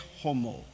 homo